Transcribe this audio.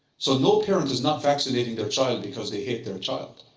so no parent is not vaccinating their child because they hate their child.